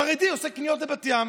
חרדי עושה קניות בבת ים,